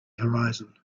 horizon